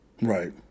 Right